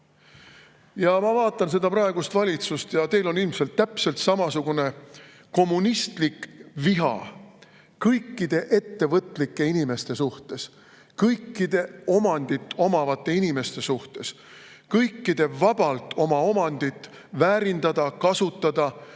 vaatan praegust valitsust. Teil on ilmselt täpselt samasugune kommunistlik viha kõikide ettevõtlike inimeste suhtes, kõikide omandiga inimeste suhtes, kõikide vabalt oma omandit väärindada, kasutada,